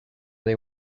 they